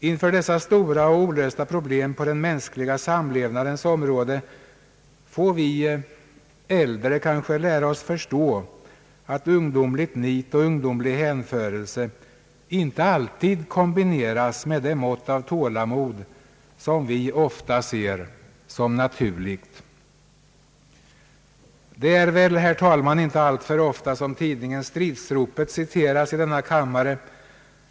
Inför dessa stora och olösta problem på den mänskliga samlevnadens område får vi äldre kanske lära oss förstå att ungdomligt nit och ungdomlig hänförelse inte alltid kombineras med det mått av tålamod som vi ofta ser som naturligt. Det är väl, herr talman, inte alltför ofta som tidningen Stridsropet citeras i denna kammare.